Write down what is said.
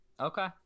Okay